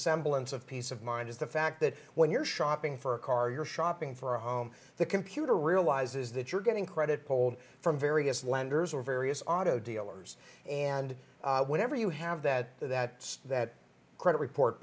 semblance of peace of mind is the fact that when you're shopping for a car you're shopping for a home the computer realizes that you're getting credit polled from various lenders or various auto dealers and whatever you have that that that credit report